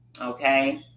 okay